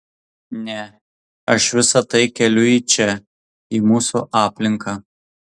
ne aš visa tai keliu į čia į mūsų aplinką